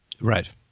Right